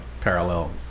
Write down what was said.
parallel